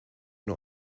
nur